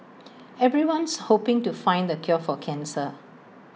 everyone's hoping to find the cure for cancer